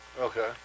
Okay